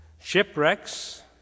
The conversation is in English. shipwrecks